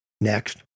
Next